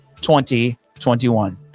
2021